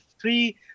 three